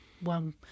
One